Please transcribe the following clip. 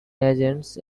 agents